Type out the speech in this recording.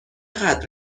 قدر